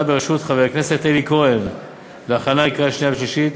בראשות חבר הכנסת אלי כהן להכנה לקריאה שנייה ושלישית,